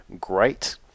great